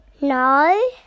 No